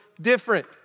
different